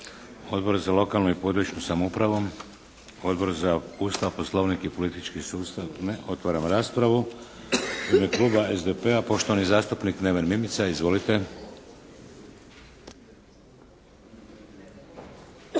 Odbor za lokalnu i područnu samoupravu? Odbor za Ustav, Poslovnik i politički sustav? Ne. Otvaram raspravu. U ime kluba SDP-a, poštovani zastupnik Neven Mimica. Izvolite!